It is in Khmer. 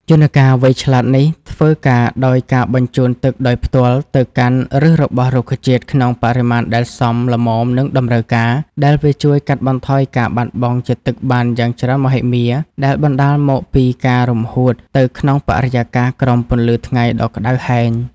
យន្តការវៃឆ្លាតនេះធ្វើការដោយការបញ្ជូនទឹកដោយផ្ទាល់ទៅកាន់ឫសរបស់រុក្ខជាតិក្នុងបរិមាណដែលសមល្មមនឹងតម្រូវការ ដែលវាជួយកាត់បន្ថយការបាត់បង់ជាតិទឹកបានយ៉ាងច្រើនមហិមាដែលបណ្ដាលមកពីការរំហួតទៅក្នុងបរិយាកាសក្រោមពន្លឺថ្ងៃដ៏ក្ដៅហែង។